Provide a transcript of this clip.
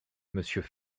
monsieur